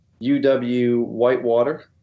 UW-Whitewater